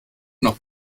noch